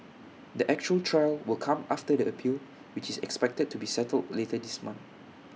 the actual trial will come after the appeal which is expected to be settled later this month